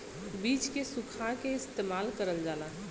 बीज के सुखा के इस्तेमाल करल जाला